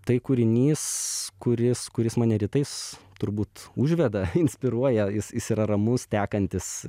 tai kūrinys kuris kuris mane rytais turbūt užveda inspiruoja jis jis yra ramus tekantis